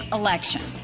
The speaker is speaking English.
election